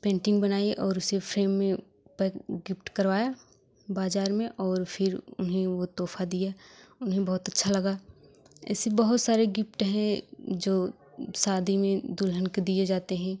painting बनाई और उसे फ़्रेम में पैक गिफ्ट करवाया बाजार में और फिर उन्हें वो तोहफा दिया उन्हें बहुत अच्छा लगा ऐसी बहुत सारे गिफ्ट हैं जो शादी में दुल्हन के दिए जाते हैं